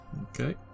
Okay